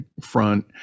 front